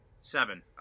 Seven